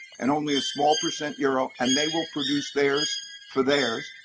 and only a small percent euro, and they will produce theirs for theirs,